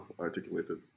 articulated